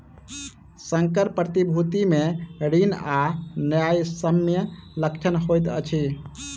संकर प्रतिभूति मे ऋण आ न्यायसम्य लक्षण होइत अछि